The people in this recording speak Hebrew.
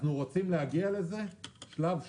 אנחנו רוצים להגיע לזה שלב-שלב.